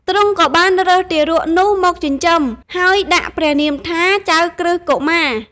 ទ្រង់ក៏បានរើសទារកនោះយកមកចិញ្ចឹម ហើយដាក់ព្រះនាមថា ចៅក្រឹស្នកុមារ។